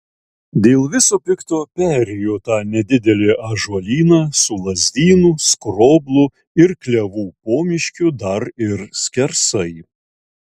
dėl viso pikto perėjo tą nedidelį ąžuolyną su lazdynų skroblų ir klevų pomiškiu dar ir skersai